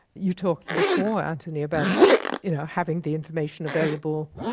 you talked before, antony, about you know having the information available,